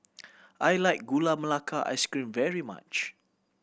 I like Gula Melaka Ice Cream very much